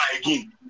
again